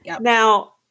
Now